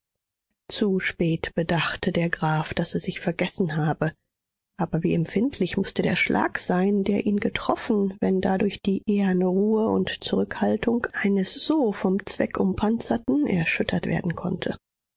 zu spät bedachte der graf daß er sich vergessen habe aber wie empfindlich mußte der schlag sein der ihn getroffen wenn dadurch die eherne ruhe und zurückhaltung eines so vom zweck umpanzerten erschüttert werden konnte